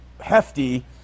hefty